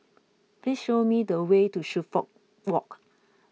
please show me the way to Suffolk Walk